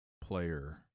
player